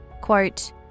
Quote